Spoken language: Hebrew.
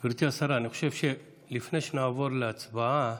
גברתי השרה, לפני שנעבור להצבעה,